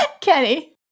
Kenny